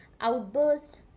outburst